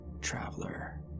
traveler